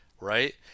right